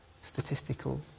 statistical